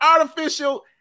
artificial